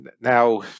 now